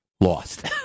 lost